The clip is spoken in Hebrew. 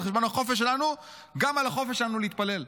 על חשבון החופש שלנו (גם החופש שלנו להתפלל ---).